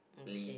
~ly